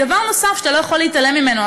דבר נוסף שאתה לא יכול להתעלם ממנו,